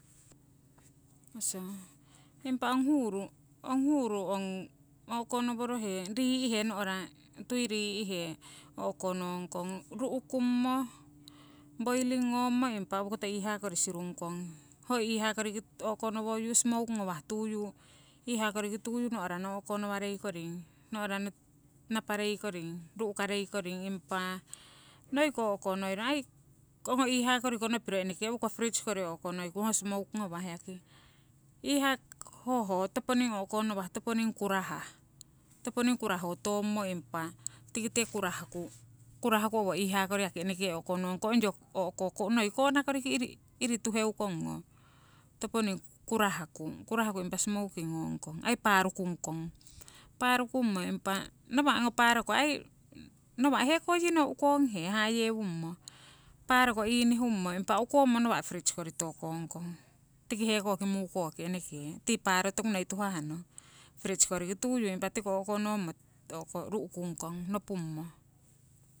Oso impa ong huuru, ong huuru ong o'konoworohe rii'he no'ra tui rii'he, o'konongkong ru'kummo boiling ngommo impa owokoto iihaa sirung kong, ho iihaa koriki o'konawah smoke ngawah tuyu iihaa koriki tuyu no'rano o'konowarei koring no'rano naparei koring, ru'karei koring. Impa noiko o'konoiro aii ongo iihaa koriko nopiro eneke owo koh freeze kori o'konoikung ho smoke ngawah yaki, iihaa hoho toponing o'konowah toponing kurahah. Toponing kurahotommo impa tikite kurahku, kurahku owo iihaa kori yaki eneke o'konong kong onyo noi kona koriki iri, iri tuheu kongo, toponing kurahku, kurahku impa smoking ngongkong aii paarukung kong. Paarukummo impa nawa' ongo paaroko ai nawa' heko no yii uukonghe hayewungmo, paaro inihummo impa ukommo nawa' fridge kori tokong kong. Tiki hekoki mukoki eneke tii paaro toku noi tuhahno, fridge koriki tuyu impa tiko o'konommo ru'kungkong nopummo.